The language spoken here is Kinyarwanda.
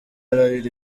ararira